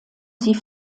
sie